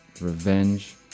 revenge